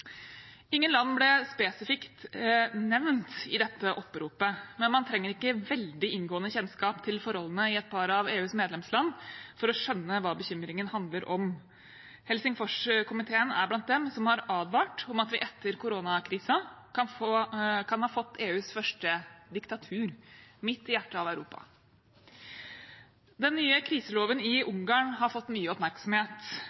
Ingen land ble spesifikt nevnt i dette oppropet, men man trenger ikke veldig inngående kjennskap til forholdene i et par av EUs medlemsland for å skjønne hva bekymringen handler om. Helsingforskomiteen er blant dem som har advart om at vi etter koronakrisen kan ha fått EUs første diktatur midt i hjertet av Europa. Den nye kriseloven i